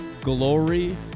glory